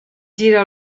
gira